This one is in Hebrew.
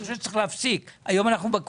אני חושב שצריך להפסיק, היום אנחנו בקואליציה.